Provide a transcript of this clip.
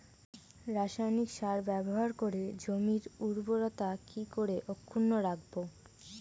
রাসায়নিক সার ব্যবহার করে জমির উর্বরতা কি করে অক্ষুণ্ন রাখবো